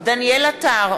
דניאל עטר,